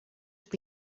have